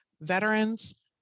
veterans